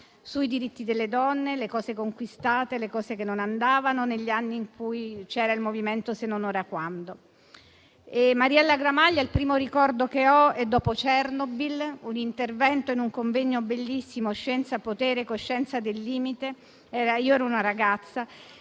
sui diritti delle donne, le cose conquistate, le cose che non andavano negli anni in cui c'era il movimento Se non ora, quando? Di Mariella Gramaglia il primo ricordo che ho è dopo Chernobyl, in un intervento in un seminario bellissimo, «Scienza, potere, coscienza del limite». Io ero una ragazza